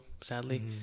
sadly